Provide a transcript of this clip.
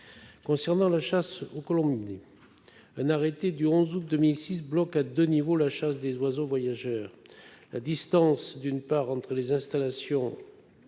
Concernant la chasse aux colombidés, un arrêté daté du 11 août 2006 bloque à deux niveaux la chasse des oiseaux voyageurs : la distance entre les installations